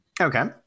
Okay